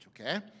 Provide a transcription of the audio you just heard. okay